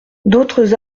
d’autres